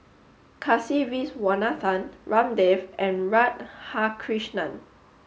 Kasiviswanathan Ramdev and Radhakrishnan